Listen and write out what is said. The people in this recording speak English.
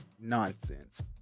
nonsense